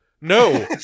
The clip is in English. no